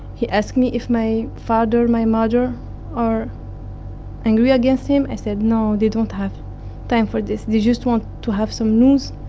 he asked me if my father and my mother are angry against him. i said no, they don't have time for this they just want to have some news